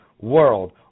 world